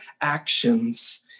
actions